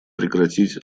прекратить